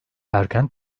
erken